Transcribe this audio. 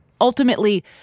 Ultimately